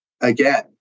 again